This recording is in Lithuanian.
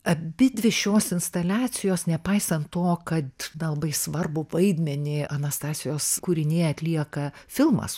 abidvi šios instaliacijos nepaisant to kad na labai svarbų vaidmenį anastasijos kūrinyje atlieka filmas